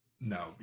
No